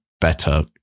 better